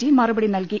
G മറു പടി നൽകി